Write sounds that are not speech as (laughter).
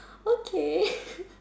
okay (laughs)